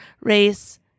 race